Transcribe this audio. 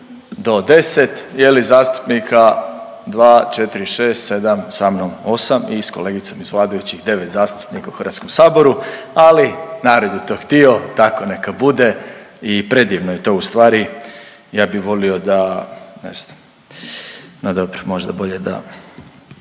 do 10 zastupnika, 2, 4, 6, 7 sa mnom 8 i sa kolegicom iz vladajućih 9 zastupnika u Hrvatskom saboru, ali narod je to htio, tako neka bude i predivno je to u stvari. Ja bih volio da, ne znam, no dobro možda bolje da